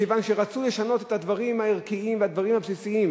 מכיוון שרצו לשנות את הדברים הערכיים והדברים הבסיסיים